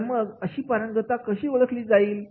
तर मग अशी पारंगता कशी ओळखली जाईल